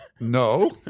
No